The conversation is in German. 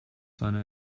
seine